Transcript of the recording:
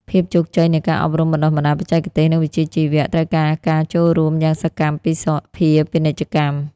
ភាពជោគជ័យនៃការអប់រំបណ្ដុះបណ្ដាលបច្ចេកទេស និងវិជ្ជាជីវៈ ត្រូវការការចូលរួមយ៉ាងសកម្មពីសភាពាណិជ្ជកម្ម។